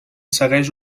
segueix